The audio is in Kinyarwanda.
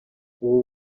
ubu